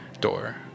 door